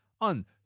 On